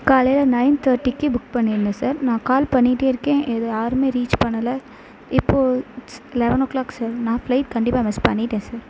காலையில் நைன் தேர்ட்டிக்கி புக் பண்ணியிருந்தேன் சார் நான் கால் பண்ணிகிட்டேருக்கேன் இது யாரும் ரீச் பண்ணலை இப்போது லெவனோ கிளாக் சார் நான் ஃபிளைட் கண்டிப்பாக மிஸ் பண்ணிட்டேன் சார்